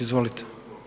Izvolite.